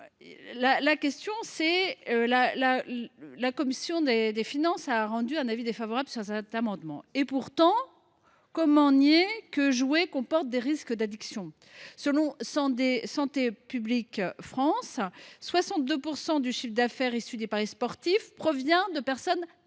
campagne. La commission des finances est défavorable à cet amendement. Pourtant, comment nier le fait que jouer comporte des risques d’addiction ? Selon Santé publique France, 62 % du chiffre d’affaires issu des paris sportifs provient de personnes dépendantes.